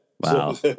Wow